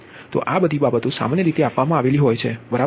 તો આ બધી બાબતો સામાન્ય રીતે આપવામાં આવી છે બરાબર છે